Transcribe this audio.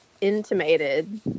intimated